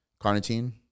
carnitine